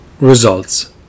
Results